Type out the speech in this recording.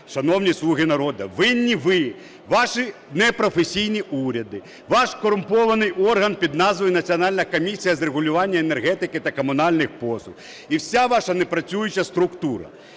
шановні "слуги народу", винні ви, ваші непрофесійні уряди, ваш корумпований орган під назвою Національна комісія з регулювання енергетики та комунальних послуг і вся ваша непрацююча структура.